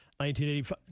1985